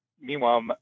meanwhile